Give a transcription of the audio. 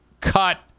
cut